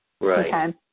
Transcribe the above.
Right